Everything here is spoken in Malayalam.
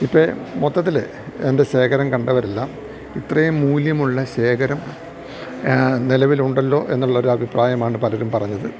ഇപ്പം മൊത്തത്തില് എൻ്റെ ശേഖരം കണ്ടവരെല്ലാം ഇത്രയും മൂല്യമുള്ള ശേഖരം നിലവിലുണ്ടല്ലോ എന്നുള്ളൊരഭിപ്രായമാണ് പലരും പറഞ്ഞത്